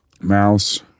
Mouse